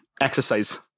exercise